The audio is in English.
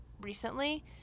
recently